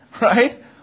right